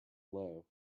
low